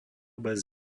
bez